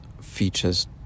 features